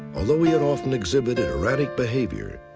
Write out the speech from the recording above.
although he had often exhibited erratic behavior,